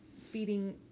feeding